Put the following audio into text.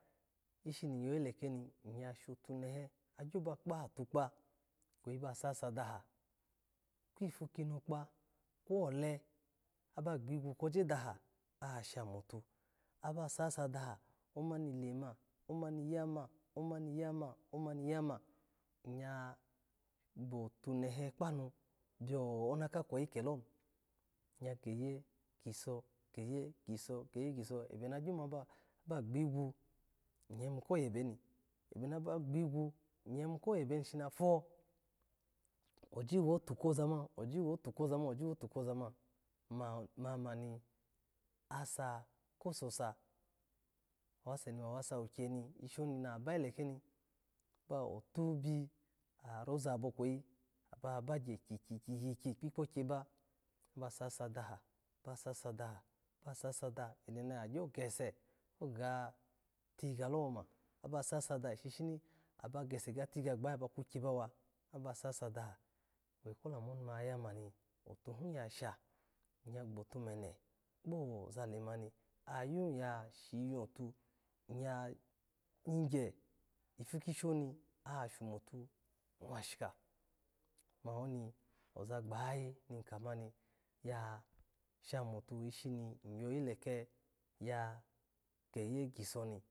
Ishini yoyi leke ni iya shotunehe agyo bak kpaha tukpa ba sasa daha kwipukinokpe, kwole aba yzigwu ko je daha ashami atu, aba sasa daha omani lema, omani yama, omani yama iya, omami ya ma iya gbatune he kpanu biyo ona kakweyi kel ni, iya keye giso, geye giso, geye giso, ebe ni gyo ba gbigwu iya yimu koye beni, ebe ni aha gbigwa iya yimu ko yebeni shinafo, oji wofu koza mami, oji wotu koza mani, oji wotu koza mani mamani asa kososa awase wanensawikye ni, isho oni na biya heke ni, otuhi, arozabo kweyi bawa bagye kyikyikyi kpikpo kyaba basasa daha, baswadaka, basasa daha eno ni agyo gese, ko ga tigiga loma, shishini aba gese ba ga tigiya gbayi bakyikye wa abasasa daha, owe kolamoni mani atuhi yasha iya gbotu mene kpoza lema ni ayu ya shiyu atu, iya yigye ipu ki shi oni a shamutu mwashika, mani oni oza gbayayi mi kamani ya sha motu ishami yiyi leke ya geye gisi mi shoni.